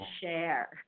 share